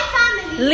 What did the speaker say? family